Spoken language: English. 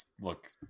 Look